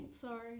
sorry